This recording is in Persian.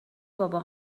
بابا